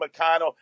McConnell